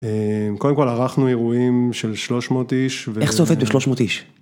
אממ... קודם כל, ערכנו אירועים של 300 איש. ו... איך זה עובד ב-300 איש?